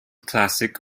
classic